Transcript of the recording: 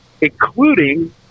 including